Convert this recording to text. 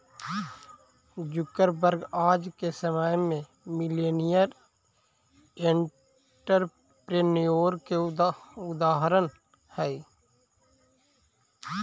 Zuckerberg आज के समय में मिलेनियर एंटरप्रेन्योर के उदाहरण हई